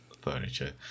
furniture